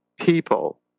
people